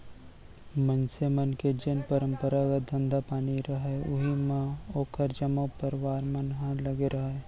मनसे मन के जेन परपंरागत धंधा पानी रहय उही म ओखर जम्मो परवार मन ह लगे रहय